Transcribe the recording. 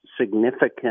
significant